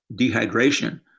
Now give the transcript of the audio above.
dehydration